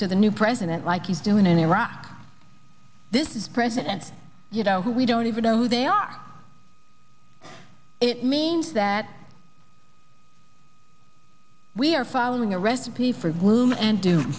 to the new president like it's doing in iraq this president who we don't even know who they are it means that we are following a recipe for gloom and do